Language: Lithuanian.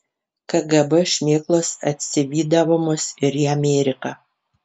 kgb šmėklos atsivydavo mus ir į ameriką